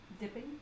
dipping